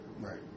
Right